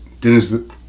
Dennis